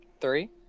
Three